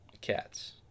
cats